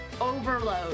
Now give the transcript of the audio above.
overload